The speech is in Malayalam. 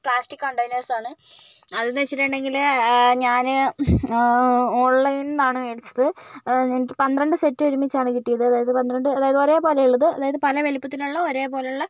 പ്ലാസ്റ്റിക് കണ്ടൈനേഴ്സാണ് അതെന്ന് വെച്ചിട്ടുണ്ടെങ്കിൽ ഞാൻ ഓ ഓൺലൈനിൽ നിന്നാണ് മേടിച്ചത് എനിക്ക് പന്ത്രണ്ട് സെറ്റ് ഒരുമിച്ചാണ് കിട്ടിയത് അതായത് പന്ത്രണ്ട് അതായത് ഒരേ പോലെയുള്ളത് അതായത് പല വലിപ്പത്തിലുള്ള ഒരേപോലെയുള്ള